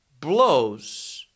blows